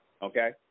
Okay